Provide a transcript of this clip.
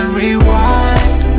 rewind